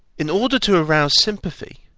in order to arouse sympathy,